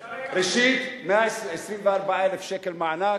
ראשית, 124,000 מענק,